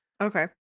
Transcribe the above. Okay